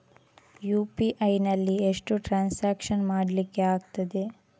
UPI ನಲ್ಲಿ ಎಷ್ಟು transaction ಮಾಡ್ಲಿಕ್ಕೆ ಆಗ್ತದೆ?